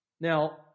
Now